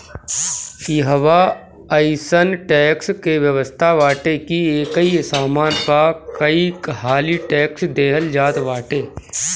इहवा अइसन टेक्स के व्यवस्था बाटे की एकही सामान पअ कईहाली टेक्स देहल जात बाटे